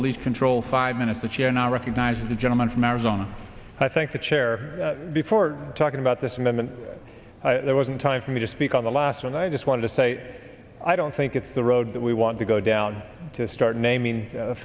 released control five minutes the chair now recognizes the gentleman from arizona i thank the chair before talking about this amendment there wasn't time for me to speak on the last one i just wanted to say i don't think it's the road that we want to go down to start naming